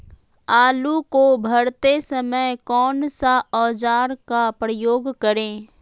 आलू को भरते समय कौन सा औजार का प्रयोग करें?